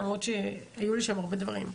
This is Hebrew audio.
למרות שהיו לי שם הרבה דברים.